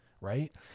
right